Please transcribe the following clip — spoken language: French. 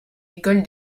école